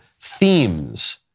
themes